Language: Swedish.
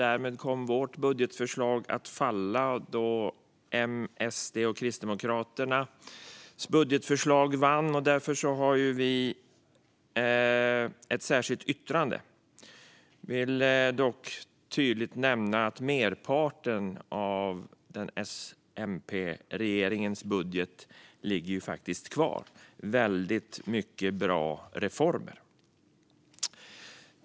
Därmed kom vårt budgetförslag att falla då budgetförslaget från M, SD och KD vann. Därför har vi ett särskilt yttrande. Jag vill dock tydligt nämna att merparten av S-MP-regeringens budget med väldigt många bra reformer ligger kvar.